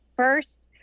First